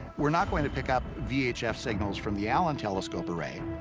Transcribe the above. we're not going to pick up vhf signals from the allen telescope array,